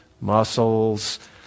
muscles